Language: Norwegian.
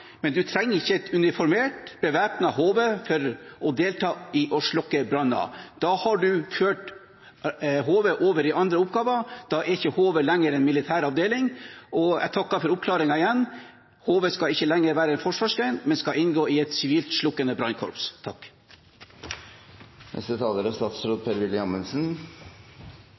men man trenger ikke et uniformert, bevæpnet HV for å delta i å slukke branner. Da har man ført HV over i andre oppgaver. Da er ikke HV lenger en militær avdeling. Og jeg takker igjen for oppklaringen: HV skal ikke lenger være en forsvarsgren, men skal inngå i et sivilt brannslukningskorps. Jeg synes de er